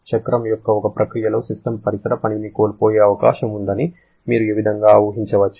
చక్రం యొక్క ఒక ప్రక్రియలో సిస్టమ్ పరిసర పనిని కోల్పోయే అవకాశం ఉందని మీరు ఈ విధంగా ఊహించవచ్చు